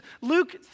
Luke